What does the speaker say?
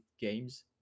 games